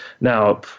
Now